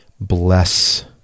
Bless